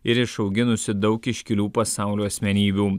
ir išauginusi daug iškilių pasaulio asmenybių